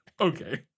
Okay